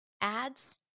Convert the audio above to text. ads